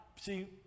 see